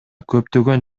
көптөгөн